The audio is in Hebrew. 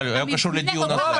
זה קשור לדיון אחר.